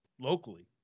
locally